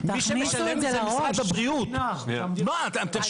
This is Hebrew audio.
מי שמשלם זה משרד הבריאות,